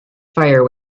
fire